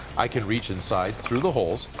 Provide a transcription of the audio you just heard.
i can reach inside through the holes,